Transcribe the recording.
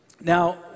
Now